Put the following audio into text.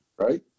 right